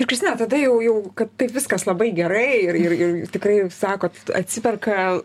ir kristina tada jau jau taip viskas labai gerai ir ir ir tikrai sakot atsiperka